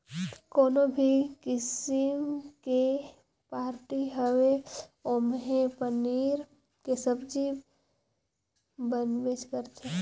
कोनो भी किसिम के पारटी होये ओम्हे पनीर के सब्जी बनबेच करथे